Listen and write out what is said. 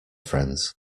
friends